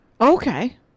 Okay